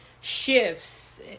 shifts